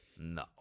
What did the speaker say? No